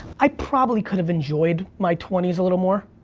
i probably could've enjoyed my twenty s a little more.